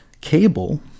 Cable